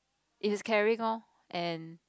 he's caring lor and